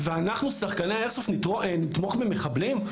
ואנחנו שחקני האיירסופט נתמוך במחבלים?